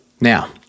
Now